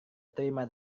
terima